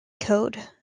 code